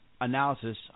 analysis